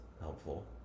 helpful